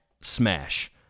smash